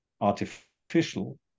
artificial